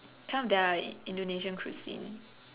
some of their Indonesian cuisine